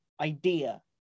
idea